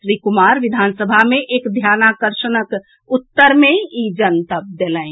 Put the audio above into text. श्री कुमार विधानसभा मे एक ध्यानाकर्षणक उत्तर मे इ जनतब देलनि